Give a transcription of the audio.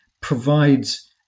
provides